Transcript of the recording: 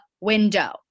window